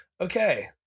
okay